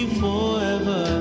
forever